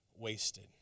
wasted